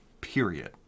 period